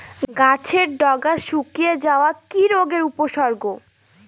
গাছের ডগা শুকিয়ে যাওয়া কি রোগের উপসর্গ?